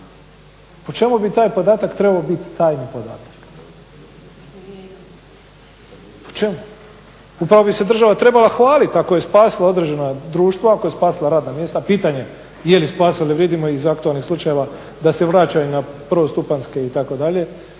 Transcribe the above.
Po čemu bi taj podatak trebao biti tajan podatak, po čemu? Upravo bi se država trebala hvalit ako je spasila određena društva, ako je spasila određena društva, ako je spasila radna mjesta pitanje je li spasila jer vidimo iz aktualnih slučajeva da se vraća i na prvostupanjske itd.